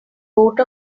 vote